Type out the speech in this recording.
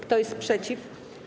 Kto jest przeciw?